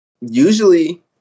Usually